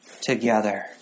together